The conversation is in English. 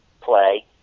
play